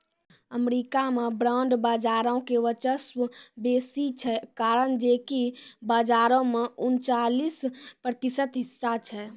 America मे bond बजारो के वर्चस्व बेसी छै, कारण जे कि बजारो मे उनचालिस प्रतिशत हिस्सा छै